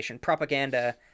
propaganda